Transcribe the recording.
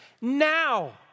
Now